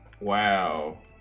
Wow